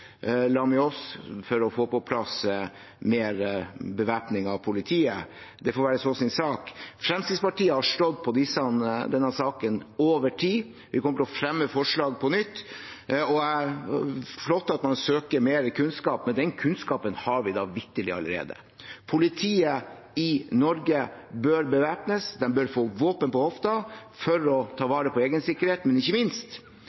med oss for å få på plass mer bevæpning av politiet. Det får være så sin sak. Fremskrittspartiet har stått på i denne saken over tid. Vi kommer til å fremme forslaget på nytt. Det er flott at man søker mer kunnskap, men den kunnskapen har vi da vitterlig allerede. Politiet i Norge bør bevæpnes. De bør få våpen på hofta for å ta